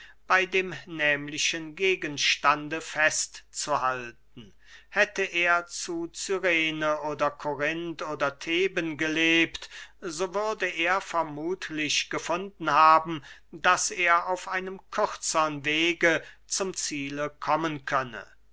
bey dem nehmlichen gegenstande fest zu halten hätte er zu cyrene oder korinth oder theben gelebt so würde er vermuthlich gefunden haben daß er auf einem kürzern wege zum ziele kommen könne